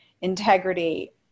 integrity